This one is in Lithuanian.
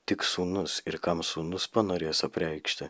tik sūnus ir kam sūnus panorės apreikšti